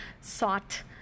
sought